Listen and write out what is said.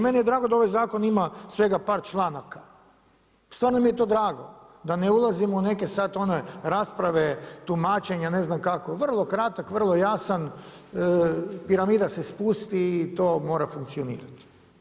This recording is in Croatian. Meni je drago da ovaj zakon ima svega par članaka, stvarno mi je to drago da ne ulazimo u neke sad one rasprave, tumačenja, ne znam kako, vrlo kratak, vrlo jasan, piramida se spusti i to mora funkcionirati.